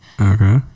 Okay